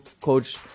coach